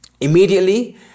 Immediately